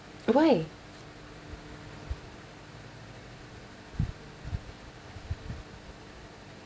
why